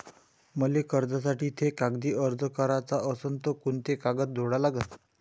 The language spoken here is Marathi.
मले कर्जासाठी थे कागदी अर्ज कराचा असन तर कुंते कागद जोडा लागन?